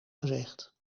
gezicht